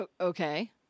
Okay